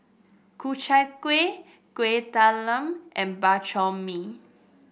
Ku Chai Kueh Kueh Talam and Bak Chor Mee